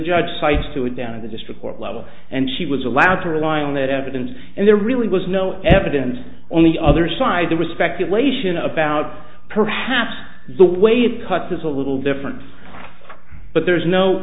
judge cites to it down to the district court level and she was allowed to rely on that evidence and there really was no evidence on the other side there was speculation about perhaps the way it cuts is a little different but there's no